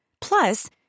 Plus